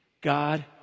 God